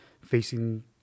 facing